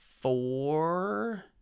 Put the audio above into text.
four